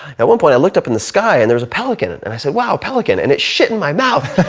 at one point i looked up in the sky and there was a pelican and and i said wow pelican and it shit in my mouth.